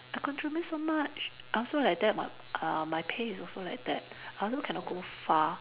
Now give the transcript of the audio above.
I contribute so much I also like that [what] err my pay is also like that I also cannot go far